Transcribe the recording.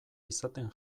izaten